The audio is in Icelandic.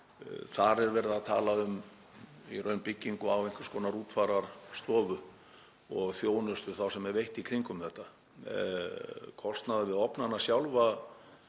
í raun verið að tala um byggingu á einhvers konar útfararstofu og þá þjónustu sem veitt er í kringum þetta. Kostnaður við ofnana sjálfa